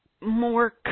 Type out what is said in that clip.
more